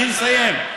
אני מסיים.